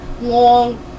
long